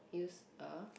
use a